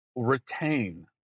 Retain